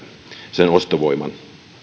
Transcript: sen ostovoiman